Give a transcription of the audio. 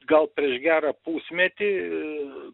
gal prieš gerą pusmetį